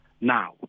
Now